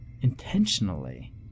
intentionally